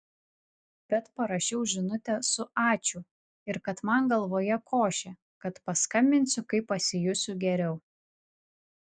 bet parašiau žinutę su ačiū ir kad man galvoje košė kad paskambinsiu kai pasijusiu geriau